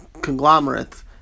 conglomerates